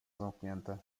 zamknięte